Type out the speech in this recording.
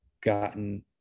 gotten